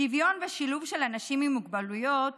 שוויון ושילוב של אנשים עם מוגבלויות